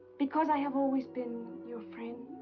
because i have always been your friend?